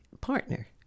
partner